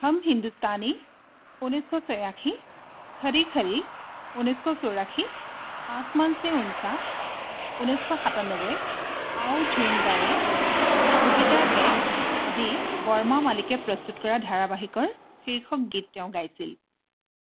হম হিন্দুস্তানী ঊনৈছশ ছিয়াশী খৰী খৰী ঊনৈছশ চৌৰাশী আসমান সে উনচা ঊনৈছশ সাতান্নব্বৈ আও ঝুম গায়ে দুহেজাৰ এক আদি বৰমা মালিকে প্ৰস্তুত কৰা ধাৰাবাহিকৰ শীৰ্ষক গীত তেওঁ গাইছিল